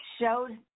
showed